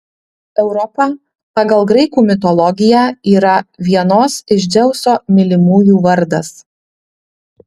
europa pagal graikų mitologiją yra vienos iš dzeuso mylimųjų vardas